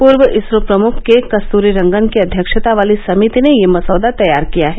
पूर्व इसरो प्रमुख के कस्तूरीरंगन की अध्यक्ष वाली समिति ने ये मसौदा तैयार किया है